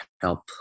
help